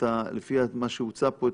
לפי מה שהוצע פה,